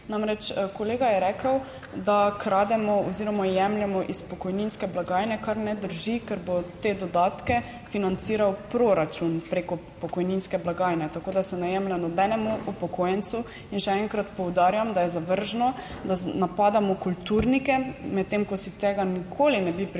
Namreč, kolega je rekel, da krademo oziroma jemljemo iz pokojninske blagajne, kar ne drži, ker bo te dodatke financiral proračun preko pokojninske blagajne. Tako se ne jemlje nobenemu upokojencu. In še enkrat poudarjam, da je zavržno, da napadamo kulturnike, medtem ko si tega nikoli ne bi privoščili